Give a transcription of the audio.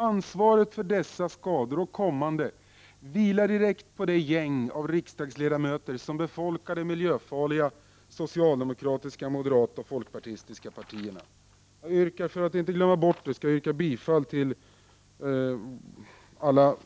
Ansvaret för dessa skador och kommande skador vilar direkt på det gäng av riksdagsledamöter som befolkar de miljöfarliga socialdemokratiska, moderata och folkpartistiska partierna. För att inte glömma bort det yrkar jag härmed bifall till alla